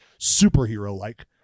superhero-like